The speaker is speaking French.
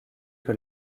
que